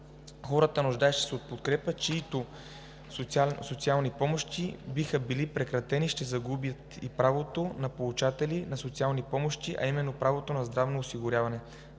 Хората, нуждаещи се от подкрепа, чиито социални помощи биха били прекратени, ще загубят и правото на получатели на социални помощи, а именно правото на здравно осигуряване.